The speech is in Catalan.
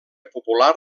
popular